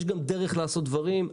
יש גם דרך לעשות דברים.